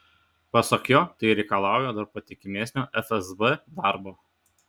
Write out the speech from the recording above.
pasak jo tai reikalauja dar patikimesnio fsb darbo